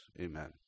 Amen